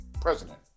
president